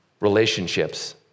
relationships